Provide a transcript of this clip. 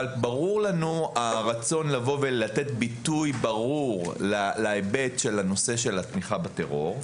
ברור לנו הרצון לבוא ולתת ביטוי ברור להיבט של הנושא של התמיכה בטרור,